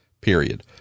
period